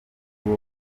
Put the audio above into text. wowe